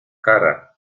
cara